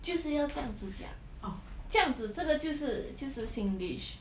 就是要这样子讲这样子这个就是就是 singlish